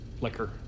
liquor